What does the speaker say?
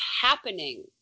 happening